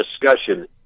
discussion